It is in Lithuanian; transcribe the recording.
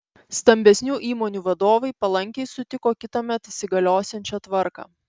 stambesnių įmonių vadovai palankiai sutiko kitąmet įsigaliosiančią tvarką